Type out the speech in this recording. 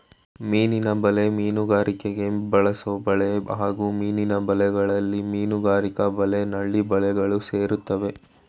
ಮೀನಿನ ಬಲೆ ಮೀನುಗಾರಿಕೆಗೆ ಬಳಸೊಬಲೆ ಹಾಗೂ ಮೀನಿನ ಬಲೆಗಳಲ್ಲಿ ಮೀನುಗಾರಿಕಾ ಬಲೆ ನಳ್ಳಿ ಬಲೆಗಳು ಸೇರ್ತವೆ